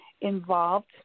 involved